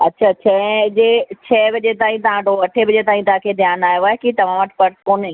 अच्छा छह जे छह वजे ताईं तव्हां वटि हो अठे वजे ताईं तव्हांखे ध्यानु आयो आहे की तव्हां वटि पर्स कोन्हे